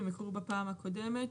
הם הוקראו בפעם הקודמת,